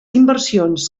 inversions